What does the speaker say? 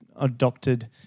adopted